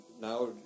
now